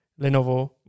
Lenovo